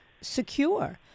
secure